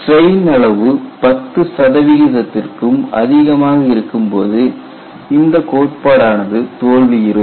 strain அளவு 10 சதவிகிதத்திற்கும் அதிகமாக இருக்கும்போது இந்த கோட்பாடானது தோல்வியுறும்